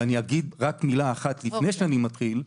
ואגיד רק מילה אחת לפני שאני מתחיל: